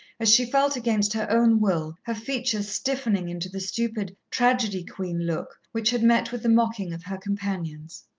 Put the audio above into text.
as she felt, against her own will, her features stiffening into the stupid tragedy-queen look which had met with the mocking of her companions.